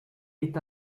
est